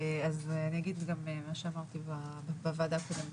אז אני אגיד גם מה שאמרתי בוועדה הקודמת.